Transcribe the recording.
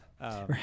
Right